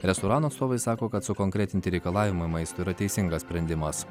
restoranų atstovai sako kad sukonkretinti reikalavimą maistui yra teisingas sprendimas